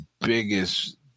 biggest